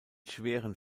schweren